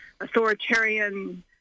authoritarian